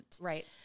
Right